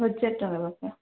ହଜାର ଟଙ୍କା ମାତ୍ର